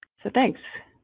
so thanks.